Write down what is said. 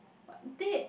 but date